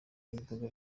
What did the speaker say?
n’ibikorwa